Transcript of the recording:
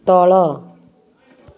ତଳ